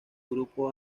grupo